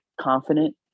confident